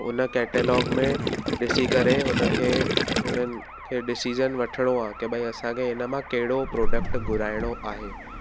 उन कैटलॉग में ॾिसी करे हुन खे हुननि खे डिसिज़न वठिणो आहे की भाइ असां खे हिन मां कहिड़ो प्रोडक्ट घुराइणो आहे